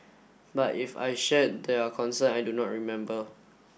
but if I shared their concern I do not remember